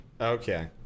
Okay